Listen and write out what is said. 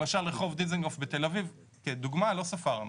למשל רחוב דיזנגוף בתל אביב, כדוגמה, לא ספרנו.